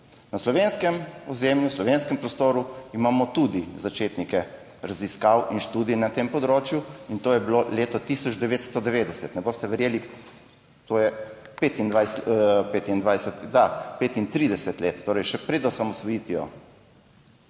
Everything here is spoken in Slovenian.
Na slovenskem ozemlju, v slovenskem prostoru, imamo tudi začetnike raziskav in študij na tem področju, in to je bilo leto 1990, ne boste verjeli, to je 35 let, torej še pred osamosvojitvijo,